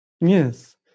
Yes